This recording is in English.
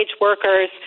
workers